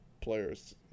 players